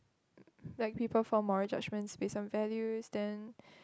like people form moral judgements based on values then